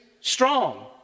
strong